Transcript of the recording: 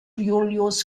iulius